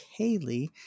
Kaylee